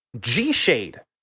G-Shade